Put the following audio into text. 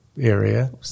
area